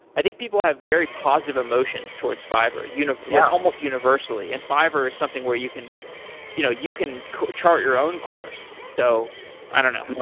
i think people have very positive emotions towards fiverr you know yeah almost universally. and fiverr is something where you can you know you can chart your own course. so i don't know.